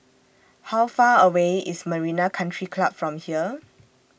How Far away IS Marina Country Club from here